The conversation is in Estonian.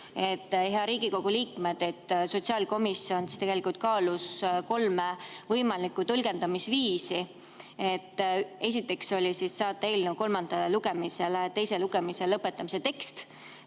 Head Riigikogu liikmed! Sotsiaalkomisjon tegelikult kaalus kolme võimalikku tõlgendamisviisi. Esiteks, saata eelnõu kolmandale lugemisele teise lugemise lõpetamise tekst.